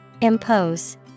Impose